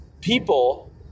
people